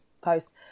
post